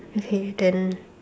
okay then